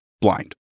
blind